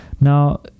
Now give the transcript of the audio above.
Now